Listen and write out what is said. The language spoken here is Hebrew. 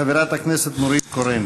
חברת הכנסת נורית קורן.